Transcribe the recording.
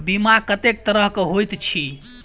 बीमा कत्तेक तरह कऽ होइत छी?